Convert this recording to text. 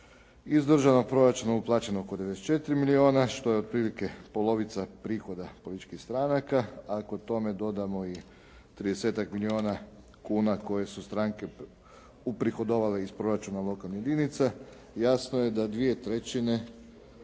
iz državnog proračuna uplaćeno oko 94 milijuna što je otprilike polovica prihoda političkih stranaka. Ako tome dodamo i tridesetak milijuna kuna koje su stranke uprihodovale iz proračuna lokalnih jedinica jasno je da 2/3 prihoda